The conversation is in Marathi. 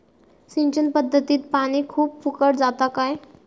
सिंचन पध्दतीत पानी खूप फुकट जाता काय?